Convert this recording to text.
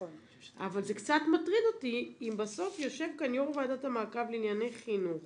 זה קצת מטריד אותי אם בסוף יושב כאן יו"ר ועדת המעקב לענייני חינוך